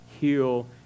heal